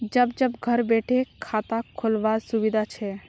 जब जब घर बैठे खाता खोल वार सुविधा छे